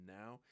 now